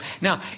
Now